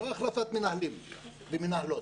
לא החלפת מנהלים ומנהלות.